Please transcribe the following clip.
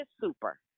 super